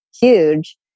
huge